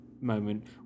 moment